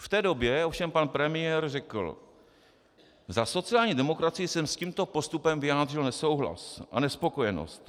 V té době ovšem pan premiér řekl: Za sociální demokracii jsem s tímto postupem vyjádřil nesouhlas a nespokojenost.